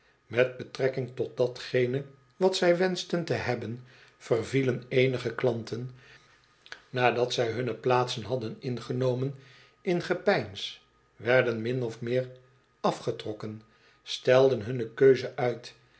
met betrekking tot datgene wat zij wenschten te hebben vervielen eenige klanten nadat zij hunne plaatsen hadden ingenomen in gepeins werden min of meer afgetrokken stelden hunne keuze uit